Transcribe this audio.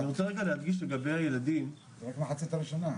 זה רק המחצית הראשונה.